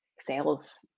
sales